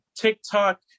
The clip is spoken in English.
TikTok